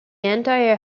entire